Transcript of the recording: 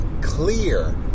clear